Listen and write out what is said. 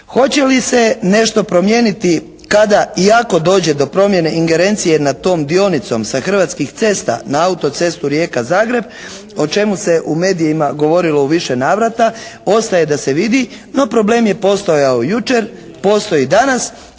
Hoće li se nešto promijeniti kada i ako dođe do promjene ingerencije nad tom dionicom sa Hrvatskih cesta na autocestu Rijeka-Zagreb o čemu se u medijima govorilo u više navrata ostaje da se vidi, no problem je postojao jučer, postoji i danas,